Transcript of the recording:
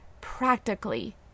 practically